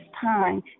time